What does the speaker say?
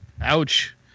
Ouch